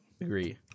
Agree